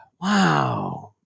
wow